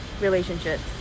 relationships